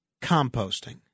composting